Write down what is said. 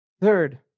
Third